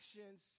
actions